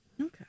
Okay